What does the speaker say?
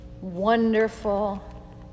wonderful